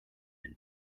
den